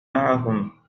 معهم